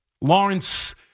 Lawrence